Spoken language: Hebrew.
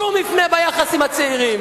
שום מפנה ביחס עם הצעירים.